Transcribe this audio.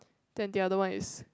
then the other one is